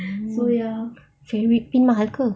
mm fabric paint mahal ke